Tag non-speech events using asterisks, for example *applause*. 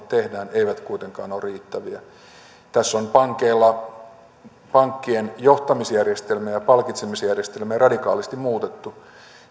*unintelligible* tehdään eivät kuitenkaan ole riittäviä tässä on pankeilla pankkien johtamisjärjestelmiä ja palkitsemisjärjestelmiä radikaalisti muutettu